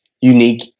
unique